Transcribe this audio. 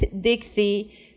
Dixie